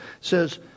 says